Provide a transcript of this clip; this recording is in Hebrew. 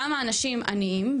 למה אנשים עניים,